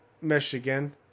Michigan